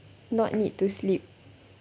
not need to sleep